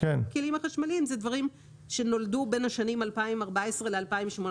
אלה דברים שנולדו בין השנים 2014 ל-2018,